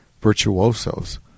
virtuosos